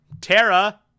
Tara